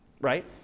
right